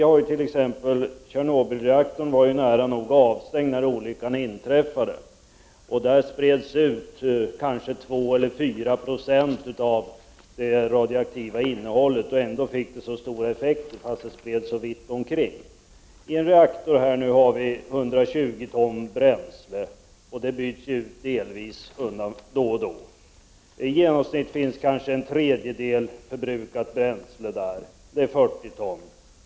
Men Tjernobylreaktorn var ju nära nog avstängd när olyckan inträffade. 2 eller 4 90 av det radioaktiva innehållet spreds ut, och fast det spreds så vida omkring fick det stora effekter. I en reaktor har vi 120 ton bränsle. Det byts delvis ut då och då. I genomsnitt finns kanske en tredjedel förbrukat bränsle. Det är 40 ton.